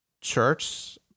church